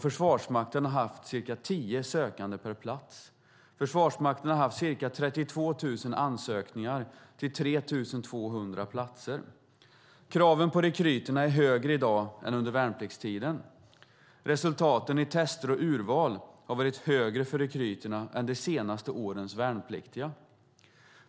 Försvarsmakten har haft ca 10 sökande per plats. Man har haft ca 32 000 ansökningar till 3 200 platser. Kraven på rekryterna är högre i dag än under värnpliktstiden. Resultaten i tester och urval har varit högre för rekryterna än de senaste årens värnpliktiga.